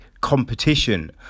competition